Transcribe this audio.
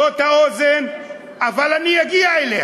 זאת האוזן אבל אני אגיע אליה.